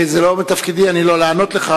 זה לא מתפקידי לענות לך,